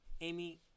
Amy